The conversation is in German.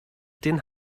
den